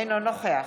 אינו נוכח